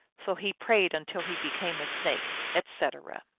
so he prayed until he became a snake, etc.